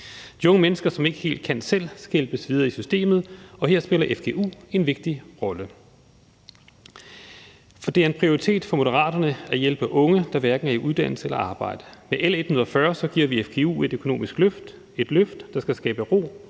unge mennesker, som ikke helt kan selv, skal hjælpes videre i systemet, og her spiller fgu en vigtig rolle. For det er en prioritet for Moderaterne at hjælpe unge, der hverken er i uddannelse eller arbejde. Med L 140 giver vi fgu et økonomisk løft – et løft, der skal skabe ro